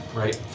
right